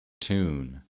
tune